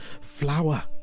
flower